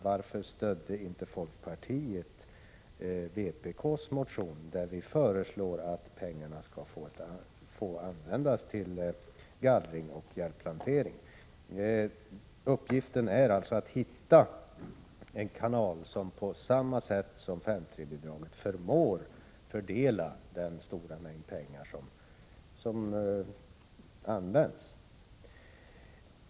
Varför stödde inte folkpartiet vpk:s motion, där vi föreslår att pengarna skall få användas till gallring och hjälpplantering? Uppgiften är alltså att hitta en kanal som på samma sätt som 5:3-bidraget förmår fördela den stora mängd pengar som används.